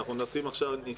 צודק שר הבריאות,